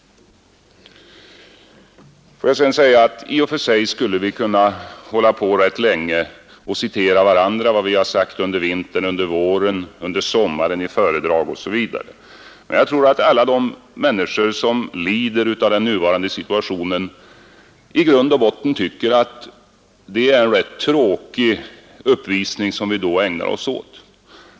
I och för sig skulle vi kunna hålla på rätt länge att citera varandra, vad vi har sagt i föredrag m.m. under vintern, våren och sommaren. Jag tror emellertid att alla de människor som lider av den nuvarande situationen i grund och botten tycker att det är en rätt tråkig upplysning som vi då ägnar oss åt.